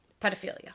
Pedophilia